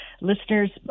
listeners